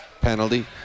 penalty